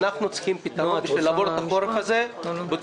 אנחנו צריכים פתרון כדי לעבור את החורף הזה בצורה